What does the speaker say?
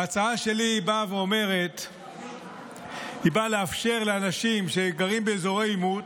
ההצעה שלי באה לאפשר לאנשים שגרים באזורי עימות,